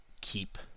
keep